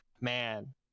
Man